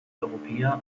europäer